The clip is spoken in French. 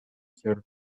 sociales